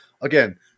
again